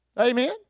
Amen